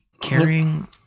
carrying